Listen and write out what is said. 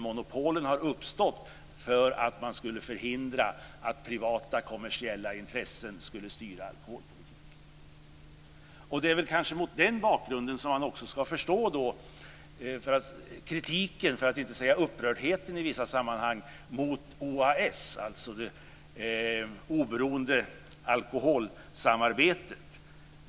Monopolen har uppstått för att förhindra att privata kommersiella intressen ska styra alkoholpolitiken. Det är kanske mot den bakgrunden som man också ska förstå kritiken, för att inte säga upprördheten i vissa sammanhang, mot OAS, dvs. det oberoende alkoholsamarbetet.